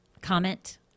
Comment